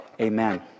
amen